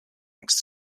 next